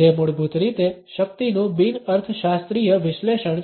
જે મૂળભૂત રીતે શક્તિનું બિન અર્થશાસ્ત્રીય વિશ્લેષણ છે